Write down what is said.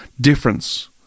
difference